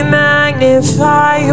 magnify